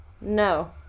No